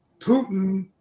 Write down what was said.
Putin